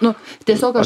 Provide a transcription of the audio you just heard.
nu tiesiog aš